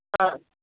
ಹಾಂ